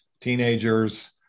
teenagers